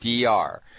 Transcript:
dr